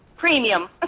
Premium